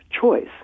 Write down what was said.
choice